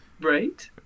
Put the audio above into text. right